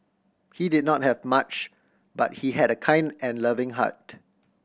he did not have much but he had a kind and loving heart